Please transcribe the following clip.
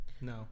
No